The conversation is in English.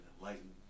enlightened